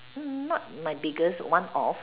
mm not my biggest one of